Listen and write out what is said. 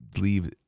leave